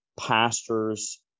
pastors